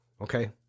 Okay